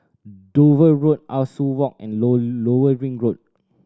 Dover Road Ah Soo Walk and Low Lower Ring Road